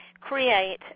create